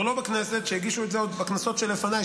לא בכנסת שהגישו את זה בכנסות שלפניי,